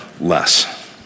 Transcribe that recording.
less